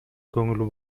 көңүл